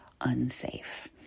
unsafe